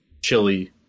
Chili